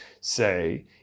say